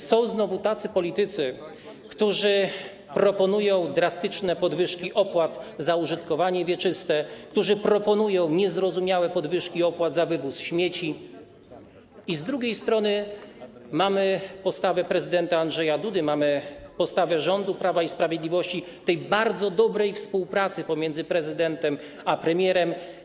Są znowu tacy politycy, którzy proponują drastyczne podwyżki opłat za użytkowanie wieczyste, którzy proponują niezrozumiałe podwyżki opłat za wywóz śmieci, i z drugiej strony mamy postawę prezydenta Andrzeja Dudy, mamy postawę rządu Prawa i Sprawiedliwości, tej bardzo dobrej współpracy pomiędzy prezydentem a premierem.